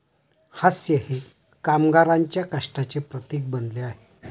हास्य हे कामगारांच्या कष्टाचे प्रतीक बनले आहे